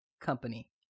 company